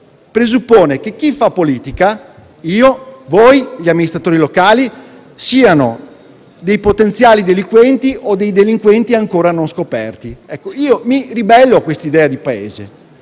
presuppone che quanti fanno politica - io, voi, gli amministratori locali - siano dei potenziali delinquenti o dei delinquenti ancora non scoperti. Io mi ribello a quest'idea di Paese.